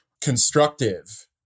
constructive